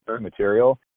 material